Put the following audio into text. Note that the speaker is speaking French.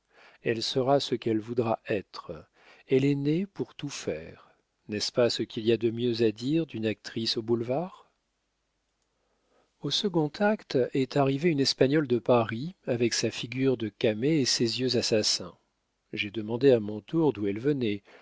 elle sera ce qu'elle voudra être elle est née pour tout faire n'est-ce pas ce qu'il y a de mieux à dire d'une actrice au boulevard au second acte est arrivée une espagnole de paris avec sa figure de camée et ses yeux assassins j'ai demandé à mon tour d'où elle venait